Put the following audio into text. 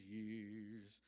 years